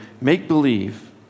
make-believe